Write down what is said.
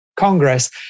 Congress